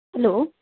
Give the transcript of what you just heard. hello